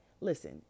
listen